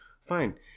Fine